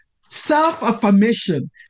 self-affirmation